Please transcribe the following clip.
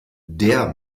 der